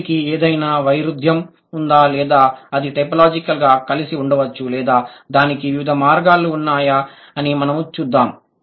దీనికి ఏదైనా వైరుధ్యం ఉందా లేదా అది టైపోలాజికల్గా కలిసి ఉంచవచ్చు లేదా దానికి వివిధ వర్గాలు ఉన్నాయా అని మనము చూద్దాము